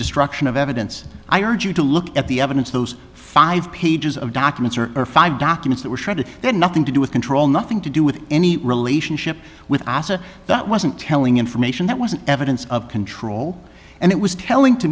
destruction of evidence i urge you to look at the evidence those five pages of documents or are five documents that were shredded had nothing to do with control nothing to do with any relationship with asa that wasn't telling information that wasn't evidence of control and it was telling to